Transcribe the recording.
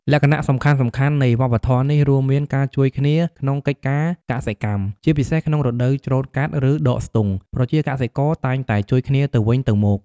លក្ខណៈសំខាន់ៗនៃវប្បធម៌នេះរួមមានការជួយគ្នាក្នុងកិច្ចការកសិកម្ម: ជាពិសេសក្នុងរដូវច្រូតកាត់ ឬដកស្ទូង ប្រជាកសិករតែងតែជួយគ្នាទៅវិញទៅមក។